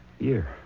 Year